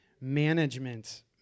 Management